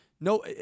No